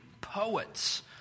poets